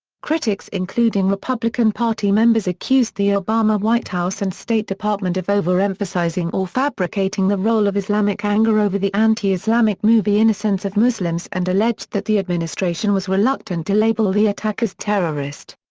critics including republican party members accused the obama white house and state department of over-emphasizing or fabricating the role of islamic anger over the anti-islamic movie innocence of muslims and alleged that the administration was reluctant to label the attack as terrorist.